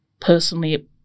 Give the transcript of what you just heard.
personally